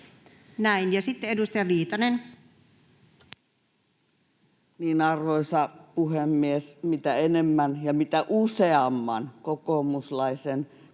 sitten edustaja Viitanen. Arvoisa puhemies! Mitä enemmän ja mitä useamman kokoomuslaisen